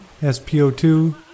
SPO2